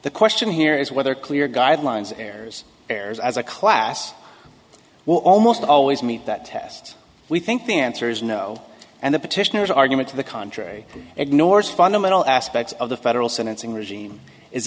the question here is whether clear guidelines errors errors as a class will almost always meet that test we think the answer is no and the petitioners argument to the contrary ignores fundamental aspects of the federal sentencing